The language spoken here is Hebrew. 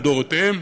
לדורותיהם,